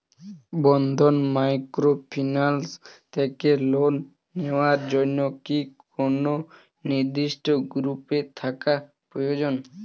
বন্ধন microfinance থেকে loan নেওয়ার জন্য কি কোন নির্দিষ্ট গ্রুপে থাকা প্রয়োজন?